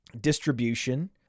distribution